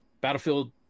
battlefield